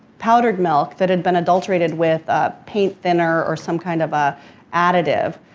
powdered milk that had been adulterated with ah paint thinner or some kind of ah additive.